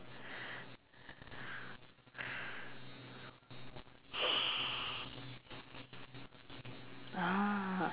ah